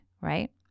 Right